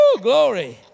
Glory